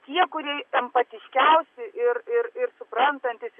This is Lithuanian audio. tie kurie empatiškiausi ir ir ir suprantantys